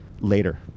later